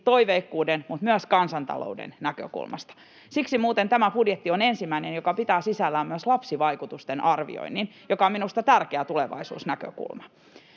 toiveikkuuden mutta myös kansantalouden näkökulmasta. Siksi muuten tämä budjetti on ensimmäinen, joka pitää sisällään myös lapsivaikutusten arvioinnin, joka on minusta tärkeä tulevaisuusnäkökulma.